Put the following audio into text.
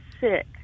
sick